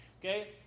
Okay